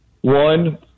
one